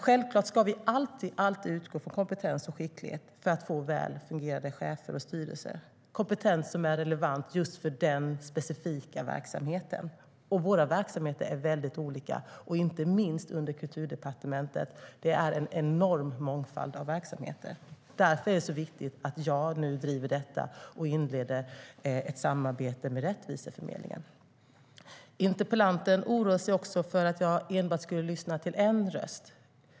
Självklart ska vi alltid utgå från kompetens och skicklighet för att få väl fungerande chefer och styrelser, kompetens som är relevant för just den specifika verksamheten. Våra verksamheter är väldigt olika. Inte minst under Kulturdepartementet finns en mångfald av verksamheter. Därför är det viktigt att jag nu driver detta och inleder ett samarbete med Rättviseförmedlingen. Interpellanten oroar sig för att jag enbart skulle lyssna till en röst.